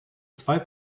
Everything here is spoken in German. zwei